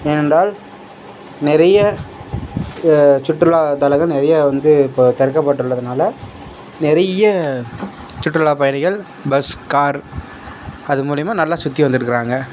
ஏனென்றால் நிறைய சுற்றுலாத் தலங்கள் நிறைய வந்து இப்போது திறக்கப்பட்டுள்ளதுனால நிறைய சுற்றுலா பயணிகள் பஸ் கார் அது மூலயமா நல்லா சுற்றி வந்துகிட்டுக்குறாங்க